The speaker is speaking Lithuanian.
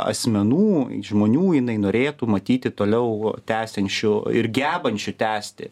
asmenų žmonių jinai norėtų matyti toliau tęsiančių ir gebančių tęsti